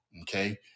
Okay